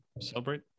celebrate